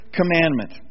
commandment